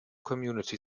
community